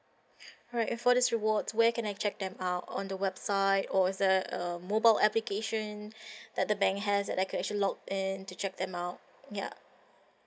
right for this rewards where can I check them out on the website or is there a mobile application that the bank has that I could actually login to check them out ya